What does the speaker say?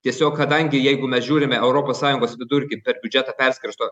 tiesiog kadangi jeigu mes žiūrime europos sąjungos vidurkį per biudžetą perskirsto